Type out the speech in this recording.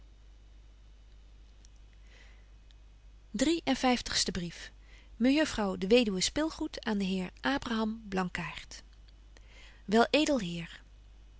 en vyftigste brief mejuffrouw de weduwe willis aan den heer abraham blankaart myn